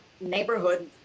neighborhood